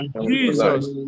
Jesus